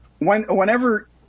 whenever –